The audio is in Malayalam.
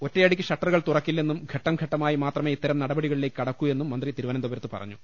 ഒറ്റയടിക്ക് ഷട്ടറു കൾ തുറക്കില്ലെന്നും ഘട്ടംഘട്ടമായി മാത്രമേ ഇത്തരം നടപടിക ളിലേക്ക് കടക്കൂ എന്ന് മന്ത്രി തിരുവനന്തപുരത്ത് പറഞ്ഞു